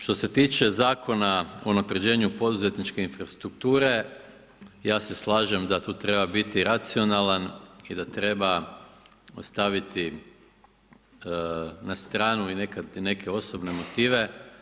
Što se tiče Zakona o unapređenju poduzetničke infrastrukture, ja se slažem da tu treba biti racionalan i da treba ostaviti na stranu i neke osobne motive.